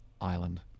island